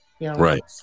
Right